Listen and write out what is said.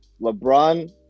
LeBron